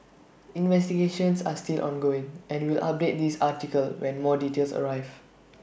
investigations are still ongoing and we'll update this article when more details arrive